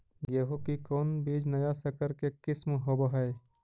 गेहू की कोन बीज नया सकर के किस्म होब हय?